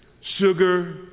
sugar